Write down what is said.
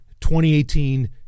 2018